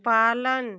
पालन